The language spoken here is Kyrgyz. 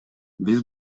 биз